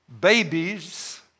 Babies